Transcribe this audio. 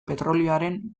petrolioaren